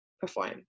perform